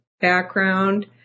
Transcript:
background